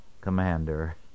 commander